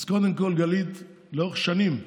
קודם כול, גלית, לאורך שנים,